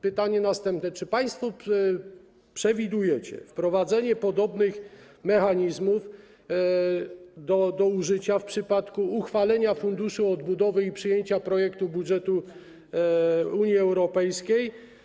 Pytanie następne: Czy państwo przewidujecie wprowadzenie podobnych mechanizmów do użycia w przypadku uchwalenia Funduszu Odbudowy i przyjęcia projektu budżetu Unii Europejskiej?